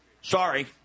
Sorry